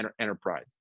enterprise